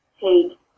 take